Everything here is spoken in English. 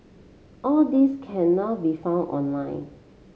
all these can now be found online